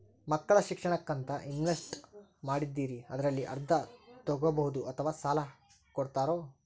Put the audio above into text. ಮಕ್ಕಳ ಶಿಕ್ಷಣಕ್ಕಂತ ಇನ್ವೆಸ್ಟ್ ಮಾಡಿದ್ದಿರಿ ಅದರಲ್ಲಿ ಅರ್ಧ ತೊಗೋಬಹುದೊ ಅಥವಾ ಸಾಲ ಕೊಡ್ತೇರೊ?